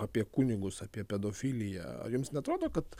apie kunigus apie pedofiliją ar jums neatrodo kad